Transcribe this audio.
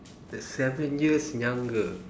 that's seven years younger